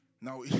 Now